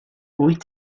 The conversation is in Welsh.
wyt